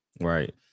Right